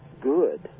good